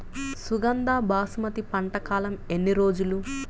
సుగంధ బాసుమతి పంట కాలం ఎన్ని రోజులు?